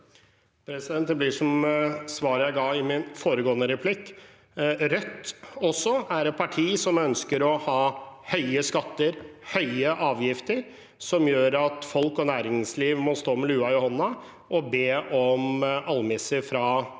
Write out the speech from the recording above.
Rødt er et parti som ønsker å ha høye skatter, høye avgifter, som gjør at folk og næringsliv må stå med lua i hånden og be om å få almisser fra det